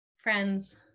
Friends